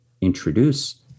introduce